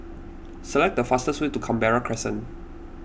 select the fastest way to Canberra Crescent